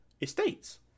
Estates